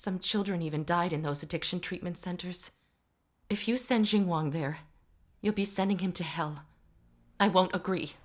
some children even died in those addiction treatment centers if you send in one there you'll be sending him to hell i won't agree